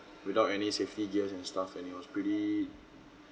without any safety gears and stuff and it was pretty